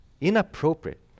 inappropriate